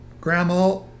Grandma